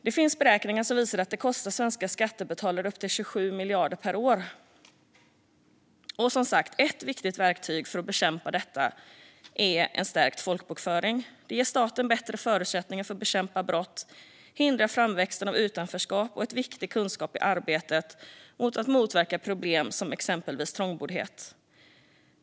Det finns beräkningar som visar att detta kostar svenska skattebetalare upp till 27 miljarder per år. Ett viktigt verktyg för att bekämpa detta fusk är en stärkt folkbokföring. Det ger staten bättre förutsättningar att bekämpa brott och hindra framväxten av utanförskap, och det ger viktig kunskap i arbetet med att motverka problem som exempelvis trångboddhet.